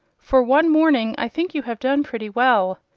for one morning i think you have done pretty well.